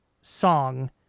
song